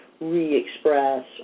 re-express